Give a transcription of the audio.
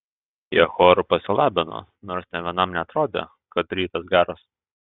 jie choru pasilabino nors nė vienam neatrodė kad rytas geras